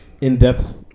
in-depth